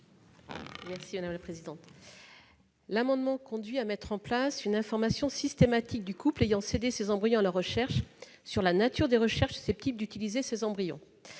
? L'adoption de cet amendement conduirait à mettre en place une information systématique du couple ayant cédé ses embryons à la recherche sur la nature des recherches susceptibles d'y avoir recours.